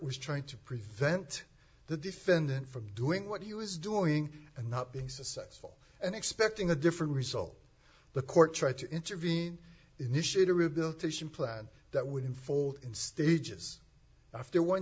was trying to prevent the defendant from doing what he was doing and not being successful and expecting a different result the court tried to intervene initiate a rehabilitation plan that would unfold in stages after one